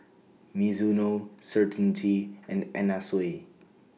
Mizuno Certainty and Anna Sui